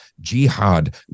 jihad